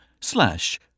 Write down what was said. slash